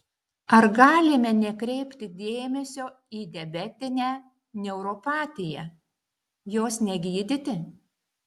ar galime nekreipti dėmesio į diabetinę neuropatiją jos negydyti